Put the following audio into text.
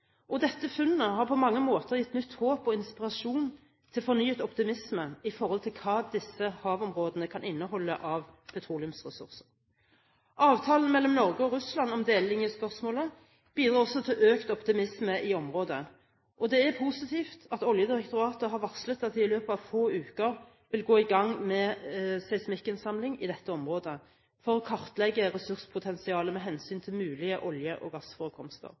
og dette funnet har på mange måter gitt nytt håp og inspirasjon til fornyet optimisme i forhold til hva disse havområdene kan inneholde av petroleumsressurser. Avtalen mellom Norge og Russland om delelinjespørsmålet bidro også til økt optimisme i området, og det er positivt at Oljedirektoratet har varslet at de i løpet av få uker vil gå i gang med seismikkinnsamling i dette området for å kartlegge ressurspotensialet med hensyn til mulige olje- og gassforekomster.